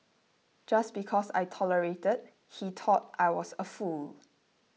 just because I tolerated he thought I was a fool